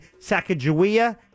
Sacagawea